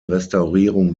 restaurierung